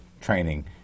training